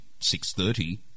630